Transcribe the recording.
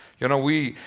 you know. we.